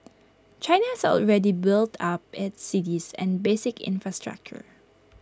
China has already built up its cities and basic infrastructure